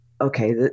okay